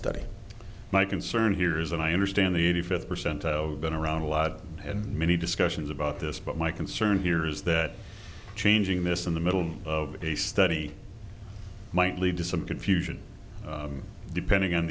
study my concern here is and i understand the eighty fifth sento been around a lot in many discussions about this but my concern here is that changing this in the middle of a study might lead to some confusion depending on